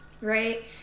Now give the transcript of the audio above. right